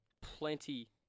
plenty